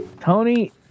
Tony